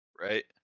Right